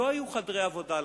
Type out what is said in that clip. לא היו חדרי עבודה לח"כים,